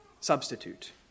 substitute